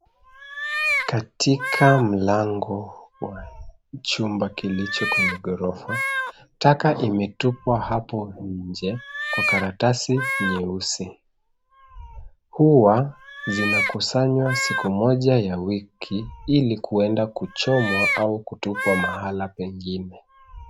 Katika mlango wa chumba kilicho kweneye ghorofa, taka imetupwa hapo nje kwa karatasi nyeusi. Huwa zinakusanywa siku moja ya wiki ili kuenda kuchomwa au kutupwa mahala pengine.